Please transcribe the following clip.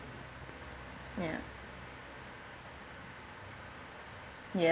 ya ya